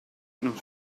non